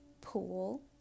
pool